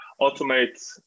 automate